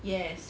yes